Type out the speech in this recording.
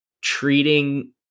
treating